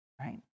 right